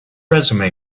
resume